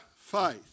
faith